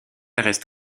reste